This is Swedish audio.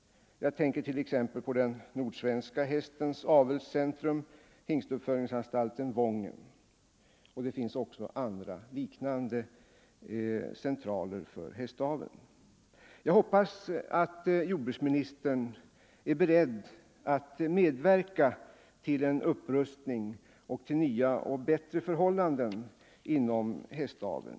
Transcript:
Jag tänker t.ex. på den nordsvenska hästens avelscentrum, Wångens hingstuppfödningsanstalt. Jag hoppas att jordbruksministern är beredd att medverka till en upprustning och till nya och bättre förhållanden inom hästaveln.